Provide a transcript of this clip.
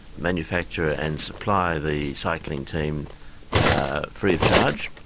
manufacture and supply the cycling team ah free of charge,